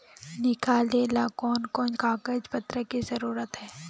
निकाले ला कोन कोन कागज पत्र की जरूरत है?